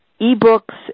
e-books